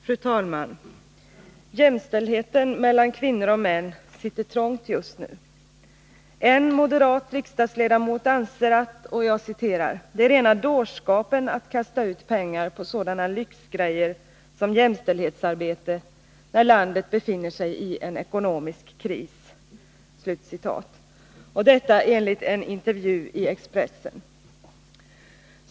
Fru talman! Jämställdheten mellan kvinnor och män sitter trångt just nu. En moderat riksdagsledamot anser att ”det är rena dårskapen att kasta ut pengar på sådana lyxgrejor som jämställdhetsarbete när landet befinner sig i en ekonomisk kris”. Detta enligt en intervju i Expressen.